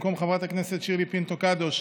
במקום הפנוי לסיעה תכהן חברת הכנסת שירלי פינטו קדוש,